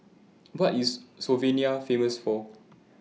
What IS Slovenia Famous For